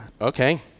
okay